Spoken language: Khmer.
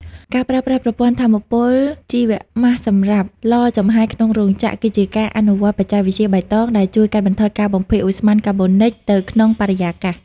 ការប្រើប្រាស់ប្រព័ន្ធថាមពលជីវម៉ាសសម្រាប់ឡចំហាយក្នុងរោងចក្រ គឺជាការអនុវត្តបច្ចេកវិទ្យាបៃតងដែលជួយកាត់បន្ថយការបំភាយឧស្ម័នកាបូនិចទៅក្នុងបរិយាកាស។